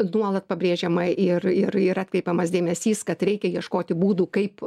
nuolat pabrėžiama ir ir ir atkreipiamas dėmesys kad reikia ieškoti būdų kaip